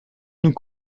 nous